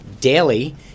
daily